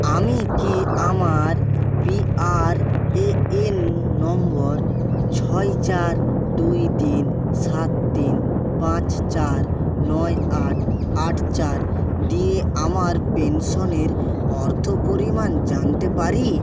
আমি কি আমার পিআরএএন নম্বর ছয় চার দুই তিন সাত তিন পাঁচ চার নয় আট আট চার দিয়ে আমার পেনশনের অর্থ পরিমাণ জানতে পারি